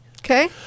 Okay